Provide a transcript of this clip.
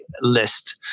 list